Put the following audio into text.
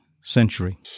century